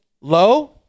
low